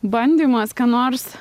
bandymas ką nors